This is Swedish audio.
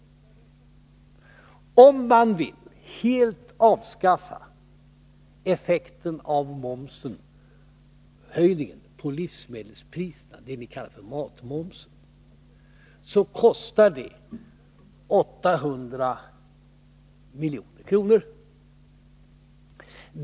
Om man vill helt avskaffa effekten av momshöjningen på livsmedelspriserna, det ni kallar matmomsen, kostar det 800 milj.kr.